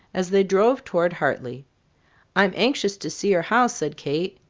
as they drove toward hartley i'm anxious to see your house, said kate.